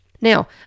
Now